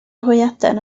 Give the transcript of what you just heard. hwyaden